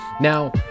Now